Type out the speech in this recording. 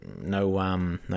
no